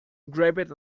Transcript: grabbed